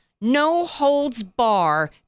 no-holds-bar